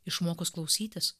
išmokus klausytis